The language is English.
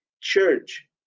church